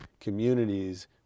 communities